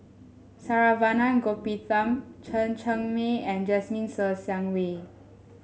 Saravanan Gopinathan Chen Cheng Mei and Jasmine Ser Xiang Wei